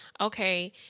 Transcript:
okay